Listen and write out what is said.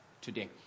today